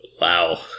Wow